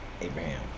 Abraham